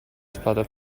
spada